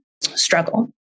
struggle